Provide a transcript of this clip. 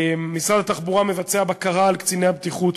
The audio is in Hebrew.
משרד התחבורה מבצע בקרה על קציני הבטיחות,